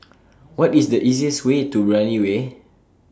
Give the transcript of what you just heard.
What IS The easiest Way to Brani Way